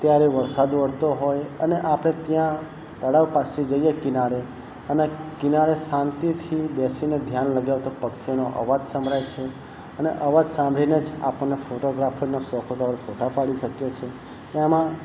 ત્યારે વરસાદ વરસતો હોય અને આપણે ત્યાં તળાવ પાસે જઈએ કિનારે અને કિનારે શાંતિથી બેસીને ધ્યાન લગાવતા પક્ષીઓનો આવાજ સંભળાય છે અને અવાજ સાંભળીને જ આપણને ફોટોગ્રાફીનો શોખ હોય તો ફોટા પાડી શકીએ છીએ ને એમાં